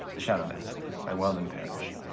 the shadow dancer by weldon parish.